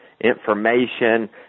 information